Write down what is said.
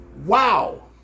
wow